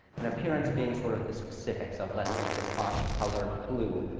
and appearance being sort of the specifics of, let's make this font color blue.